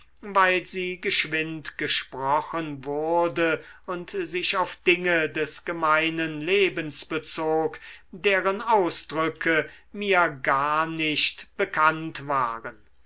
weil sie geschwind gesprochen wurde und sich auf dinge des gemeinen lebens bezog deren ausdrücke mir gar nicht bekannt waren